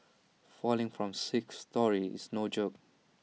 falling from sixth storey is no joke